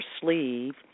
sleeve